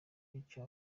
bityo